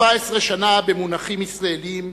14 שנה, במונחים ישראליים,